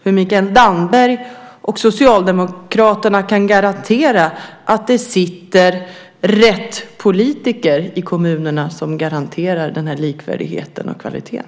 Kan Mikael Damberg och Socialdemokraterna garantera att det sitter rätt politiker i kommunerna som garanterar den här likvärdigheten och kvaliteten?